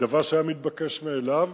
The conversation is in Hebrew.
דבר שהיה מתבקש מאליו,